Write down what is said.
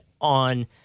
on